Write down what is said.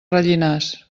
rellinars